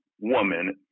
woman